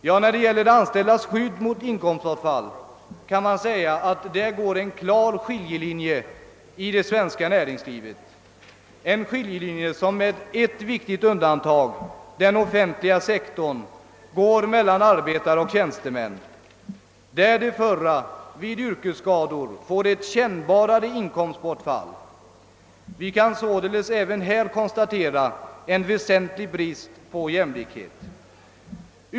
Ja, man kan säga att det går en klar skiljelinje i det svenska näringslivet beträffande de anställdas skydd mot inkomstbortfall, en skiljelinje som med ett viktigt undantag — den offentliga sektorn — går mellan arbetare och tjänstemän. De förra får vid yrkesskador ett mera kännbart inkomstbortfall. Vi kan således även här konstatera en väsentlig brist på jämlikhet.